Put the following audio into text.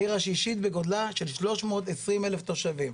העיר השישית בגודלה של 320 אלף תושבים,